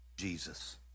jesus